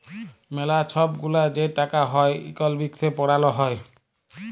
ম্যালা ছব গুলা যে টাকা হ্যয় ইকলমিক্সে পড়াল হ্যয়